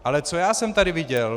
Ale co já jsem tady viděl?